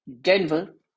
Denver